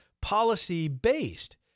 policy-based